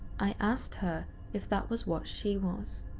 i asked her if that was what she was.